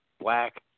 black